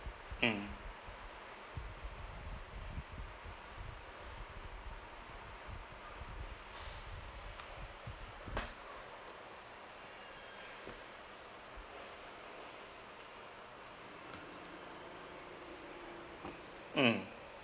mm mm